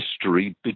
history